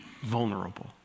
vulnerable